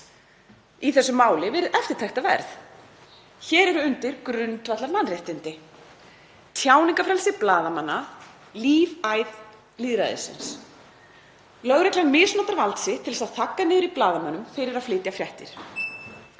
í þessu máli verið eftirtektarverð. Hér eru undir grundvallarmannréttindi. Tjáningarfrelsi blaðamanna, lífæð lýðræðisins. Lögreglan misnotar vald sitt til þess að þagga niður í blaðamönnum fyrir að flytja fréttir.